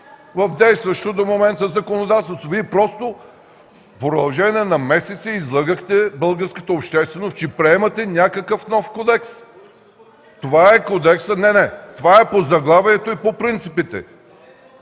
Вие просто в продължение на месеци излъгахте българската общественост, че приемате някакъв нов Кодекс. (Реплики от ДПС.) Не, не. Това е по заглавието и по принципите.